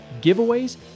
giveaways